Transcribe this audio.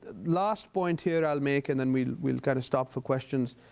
last point here i'll make, and then we we'll kind of stop for questions.